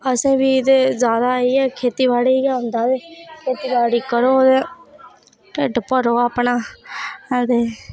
असें बी ते जादा एह् खेतीबाड़ी गै होंदा ते करो ते ढिड भरो अपना अदे